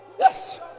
Yes